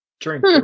drink